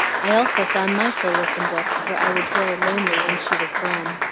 i also found my solace in books, for i was very lonely when she was gone,